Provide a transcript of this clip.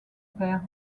père